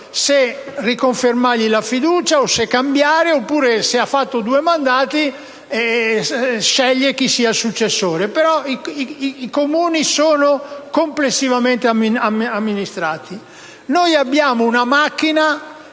se riconfermargli la fiducia, se cambiare, oppure, se ha già svolto due mandati, scegliere chi sarà il successore. Però i Comuni sono complessivamente amministrati. Noi abbiamo una macchina